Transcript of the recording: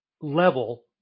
level